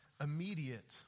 immediate